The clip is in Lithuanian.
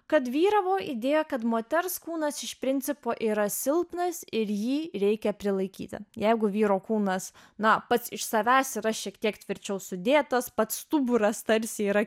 kad vyravo idėja kad moters kūnas iš principo yra silpnas ir jį reikia prilaikyti jeigu vyro kūnas na pats iš savęs yra šiek tiek tvirčiau sudėtas pats stuburas tarsi yra